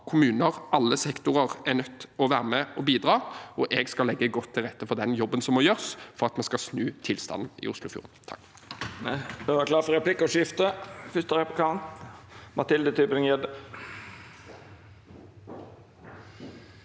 kommuner og alle sektorer er nødt til å være med og bidra, og jeg skal legge godt til rette for den jobben som må gjøres for at vi skal snu tilstanden i Oslofjorden.